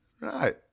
Right